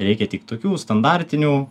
reikia tik tokių standartinių